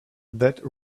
that